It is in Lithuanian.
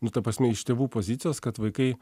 nu ta prasme iš tėvų pozicijos kad vaikai